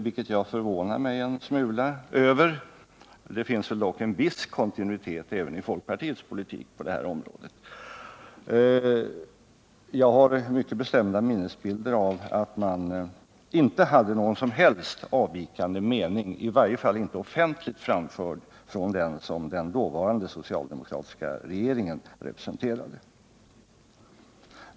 Det förvånar jag mig en smula över — det finns väl ändå en viss kontinuitet i folkpartiets politik på det här området. Jag har mycket bestämda minnesbilder av att man inte hade någon som helst avvikande mening, i varje fall inte offentligt framförd, från den som den dåvarande socialdemokratiska regeringen representerade.